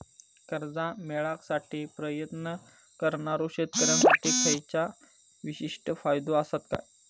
कर्जा मेळाकसाठी प्रयत्न करणारो शेतकऱ्यांसाठी खयच्या विशेष फायदो असात काय?